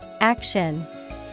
Action